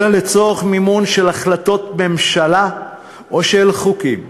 אלא לצורך מימון החלטות ממשלה או חוקים.